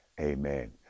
Amen